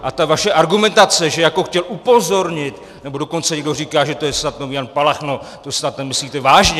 A ta vaše argumentace, že jako chtěl upozornit, nebo dokonce někdo říká, že to je snad nový Jan Palach no to snad nemyslíte vážně!